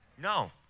No